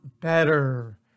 better